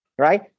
Right